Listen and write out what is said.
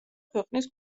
ქვეყნის